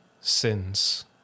sins